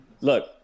Look